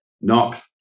knock